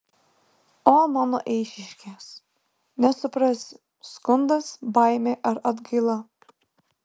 o mano eišiškės nesuprasi skundas baimė ar atgaila